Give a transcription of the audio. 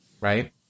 right